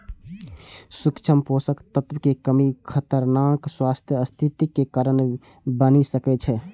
सूक्ष्म पोषक तत्वक कमी खतरनाक स्वास्थ्य स्थितिक कारण बनि सकै छै